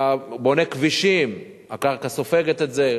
אתה בונה כבישים, הקרקע סופגת את זה.